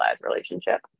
relationship